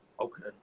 Okay